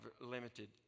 limited